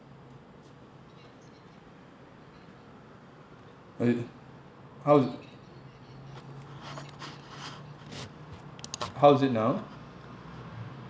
oh it how how's it now